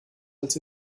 als